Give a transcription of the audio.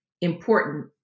important